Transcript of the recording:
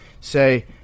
say